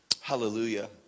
Hallelujah